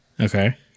Okay